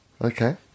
Okay